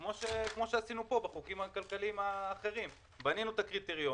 כפי שעשינו פה בחוקים הכלכליים האחרים בנינו את הקריטריונים,